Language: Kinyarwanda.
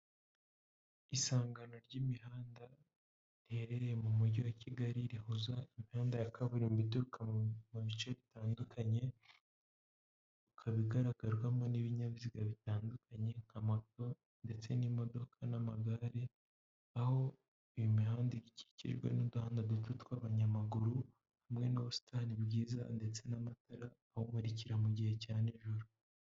Isangano ry'imihanda riherereye mu mujyi wa Kigali rihuza imihanda ya kaburimbo ituruka mu bice bitandukanye, ikaba igaragarwamo n'ibinyabiziga bitandukanye nka moto ndetse n'imodoka n'amagare, aho iyo mihanda ikikijwe n'uduhanda duto tw'abanyamaguru hamwe n'ubusitani bwiza ndetse n'amatara awumurikira mu gihe cya nijoro.